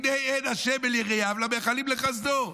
הנה עין ה' אל יראיו למיחלים לחסדו".